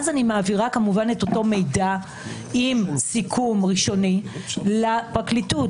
אז אני מעבירה את אותו מידע עם סיכום ראשוני לפרקליטות.